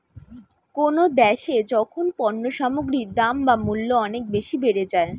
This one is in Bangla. কোনো দ্যাশে যখন পণ্য সামগ্রীর দাম বা মূল্য অনেক বেশি বেড়ে যায়